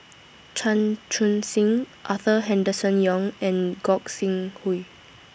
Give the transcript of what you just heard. Chan Chun Sing Arthur Henderson Young and Gog Sing Hooi